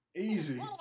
Easy